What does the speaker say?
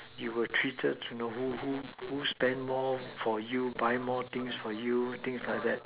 you were treated you know who who who spend more for you buy more things for you things like that